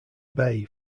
bay